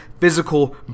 physical